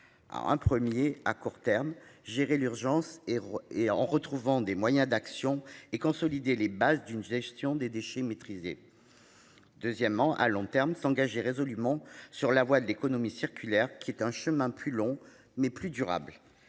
un premier à court terme, gérer l'urgence et et en retrouvant des moyens d'action et consolider les bases d'une gestion des déchets maîtrisé. Deuxièmement à long terme, s'engager résolument sur la voie de l'économie circulaire qui est un chemin plus long mais plus durable.